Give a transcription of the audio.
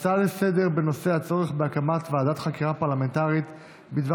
הצעה לסדר-היום בנושא: הצורך בהקמת ועדת חקירה פרלמנטרית בדבר